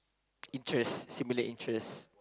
interest simulate interest